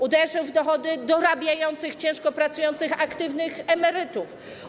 Uderzył w dochody dorabiających, ciężko pracujących aktywnych emerytów.